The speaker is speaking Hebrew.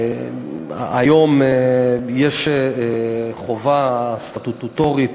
היום יש חובה סטטוטורית,